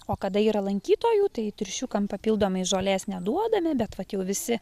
o kada yra lankytojų tai triušiukam papildomai žolės neduodame bet vat jau visi